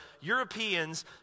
Europeans